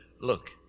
look